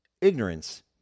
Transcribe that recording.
Ignorance